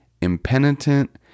impenitent